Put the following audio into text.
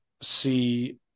see